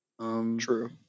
True